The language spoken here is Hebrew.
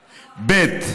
שתיים,